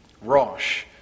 Rosh